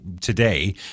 today